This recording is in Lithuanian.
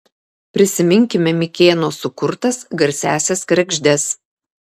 prisiminkime mikėno sukurtas garsiąsias kregždes